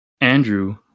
Andrew